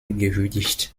gewürdigt